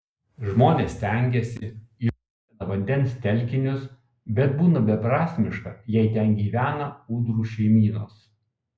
žmonės stengiasi įžuvina vandens telkinius bet būna beprasmiška jei ten gyvena ūdrų šeimynos